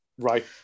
right